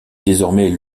désormais